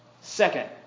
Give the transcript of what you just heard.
Second